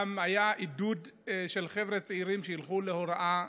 גם היה עידוד של חבר'ה צעירים שילכו להוראה,